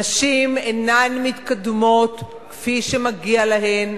נשים אינן מתקדמות כפי שמגיע להן,